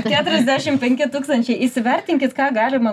keturiasdešim penki tūkstančiai įsivertinkit ką galima